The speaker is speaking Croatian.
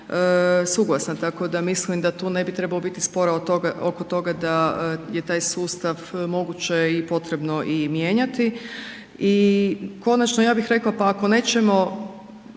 suglasna tako da mislim da tu ne bi trebalo biti spora oko toga da je taj sustav moguće i potrebno i mijenjati i konačno ja bih rekla, pa ako nećemo